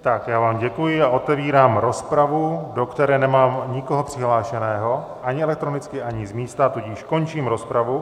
Tak já vám děkuji a otevírám rozpravu, do které nemám nikoho přihlášeného ani elektronicky ani z místa, tudíž končím obecnou rozpravu.